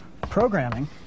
programming